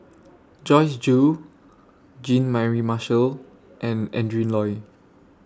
Joyce Jue Jean Mary Marshall and Adrin Loi